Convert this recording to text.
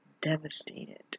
devastated